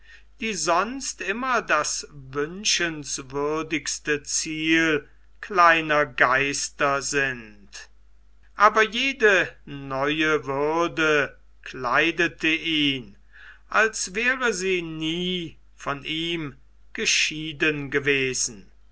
die sonst immer das wünschenswürdigste ziel kleiner geister sind aber jede neue würde kleidete ihn als wäre sie nie von ihm geschieden gewesen